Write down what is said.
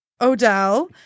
Odell